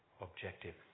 objective